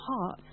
heart